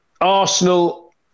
Arsenal